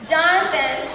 Jonathan